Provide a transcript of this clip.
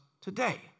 today